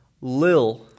Lil